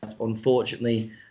Unfortunately